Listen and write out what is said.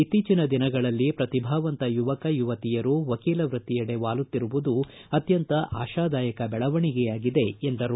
ಇತ್ತೀಚನ ದಿನಗಳಲ್ಲಿ ಪ್ರತಿಭಾವಂತ ಯುವಕ ಯುವತಿಯರು ವಕೀಲ ವೃತ್ತಿಯೆಡೆ ವಾಲುತ್ತಿರುವುದು ಅತ್ಯಂತ ಆಶಾದಾಯಕ ಬೆಳವಣಿಗೆಯಾಗಿದೆ ಎಂದರು